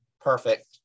perfect